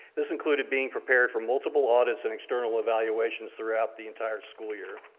this included being prepared for multiple audits and external evaluations throughout the entire school year.